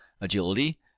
agility